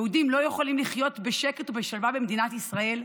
יהודים לא יכולים לחיות בשקט ובשלווה במדינת ישראל?